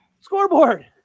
Scoreboard